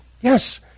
Yes